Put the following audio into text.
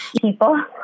people